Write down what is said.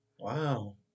Wow